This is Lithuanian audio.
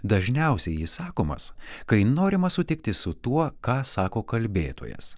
dažniausiai jis sakomas kai norima sutikti su tuo ką sako kalbėtojas